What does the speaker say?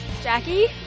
Jackie